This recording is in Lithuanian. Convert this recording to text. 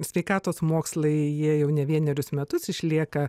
sveikatos mokslai jie jau ne vienerius metus išlieka